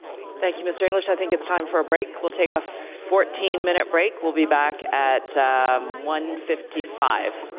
thank you mr. english, i think it's time for a break. we'll take a fourteen minute break, we'll be back at one fifty five.